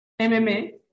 MMA